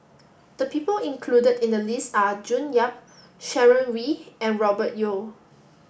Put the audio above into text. the people included in the list are June Yap Sharon Wee and Robert Yeo